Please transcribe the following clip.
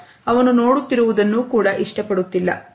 ಅವನು ನೋಡುತ್ತಿರುವುದನ್ನು ಕೂಡ ಇಷ್ಟಪಡುತ್ತಿಲ್ಲ